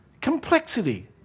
Complexity